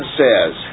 says